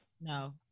No